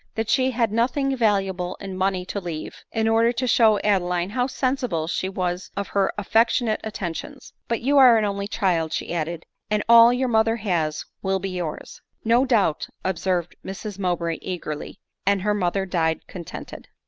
that she had nothing valuable in money to leave, in order to show adeline how sensible she was of her affectionate attentions but you are an only child, she added, and all your mother has will be yours. no doubt, observed. mrs mowbray eagerly and her mother died contented.